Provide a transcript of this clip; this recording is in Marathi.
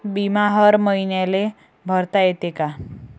बिमा हर मईन्याले भरता येते का?